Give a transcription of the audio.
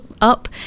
up